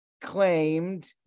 claimed